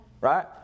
Right